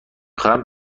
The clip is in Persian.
خواهم